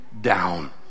down